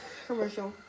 commercial